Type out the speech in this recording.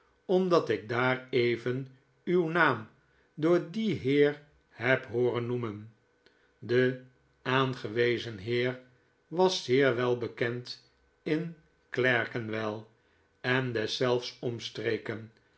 omdat ik daar even uw naam door dien heer heb hooren noemen de aangewezen heer was zeer wel bekend in glerkenwell en deszelfs omstreken